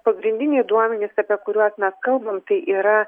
pagrindiniai duomenys apie kuriuos mes kalbam tai yra